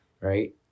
right